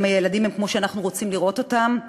האם הילדים הם כמו שאנחנו רוצים לראות אותם?